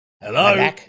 Hello